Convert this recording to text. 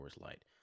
Light